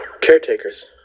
Caretakers